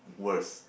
worst